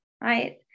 Right